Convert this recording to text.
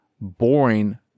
boring